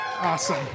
Awesome